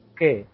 Okay